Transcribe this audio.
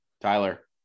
Tyler